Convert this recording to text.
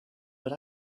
but